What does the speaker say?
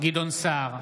גדעון סער,